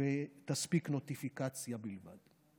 ותספיק נוטיפיקציה בלבד.